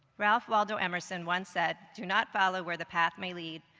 ralph waldo emerson once said do not follow where the path may lead,